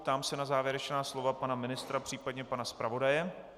Ptám se na závěrečná slova pana ministra, případně pana zpravodaje.